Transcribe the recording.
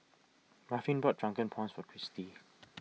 Ruffin bought Drunken Prawns for Cristy